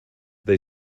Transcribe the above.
they